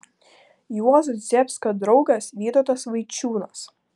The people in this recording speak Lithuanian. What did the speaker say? juozo zdebskio draugas vytautas vaičiūnas